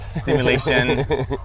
Stimulation